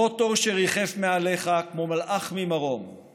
הרוטור שריחף מעליך כמו מלאך ממרום /